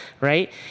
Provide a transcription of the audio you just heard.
right